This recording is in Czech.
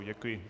Děkuji.